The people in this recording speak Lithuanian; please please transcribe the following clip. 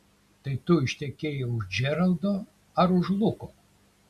tai tu ištekėjai už džeraldo ar už luko